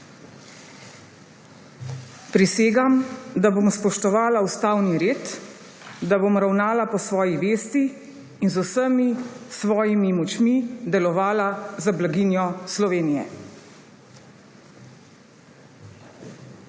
Prisegam, da bom spoštoval ustavni red, da bom ravnal po svoji vesti in z vsemi svojimi močmi deloval za blaginjo Slovenije.